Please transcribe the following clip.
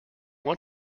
want